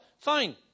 Fine